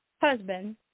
husband